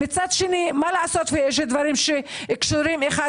ומצד שני מה לעשות שיש דברים שקשורים האחד